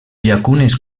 llacunes